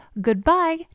goodbye